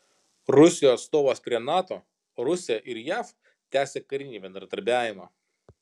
rusijos atstovas prie nato rusija ir jav tęsia karinį bendradarbiavimą